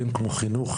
אין כמו חינוך.